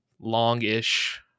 longish